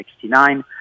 1969